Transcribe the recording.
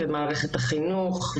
מערכת החינוך,